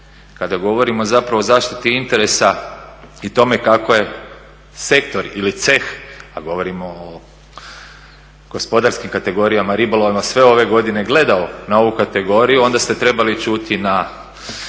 Kada govorimo zapravo o zaštiti interesa i tome kako je sektor ili ceh, a govorimo o gospodarskim kategorijama ribolova sve ove godine gledao na ovu kategoriju onda ste trebali čuti na